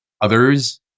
Others